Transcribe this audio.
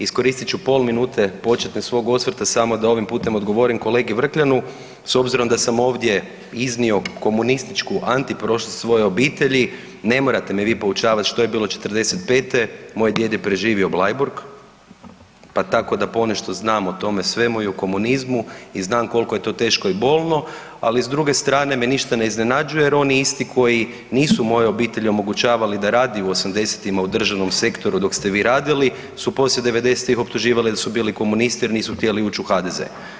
Iskoristit ću pola minute početne svog osvrta, samo da ovim putem odgovorim kolegi Vrkljanu s obzirom da sam ovdje iznio komunističku antiprošlost svoje obitelji, ne morate me vi poučavati što je bilo '45., moj djed je preživio Bleiburg pa tako da ponešto znam o tome svemu i o komunizmu i znam koliko je to teško i bolno, ali s druge strane me ništa ne iznenađuje jer oni isti koji nisu mojoj obitelji omogućavali da radi u 80-ima u državnom sektoru, dok ste vi radili su poslije 90-ih optuživali da su bili komunisti jer nisu htjeli ući u HDZ.